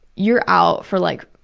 you're out for like